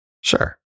Sure